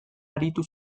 aritu